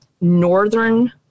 northern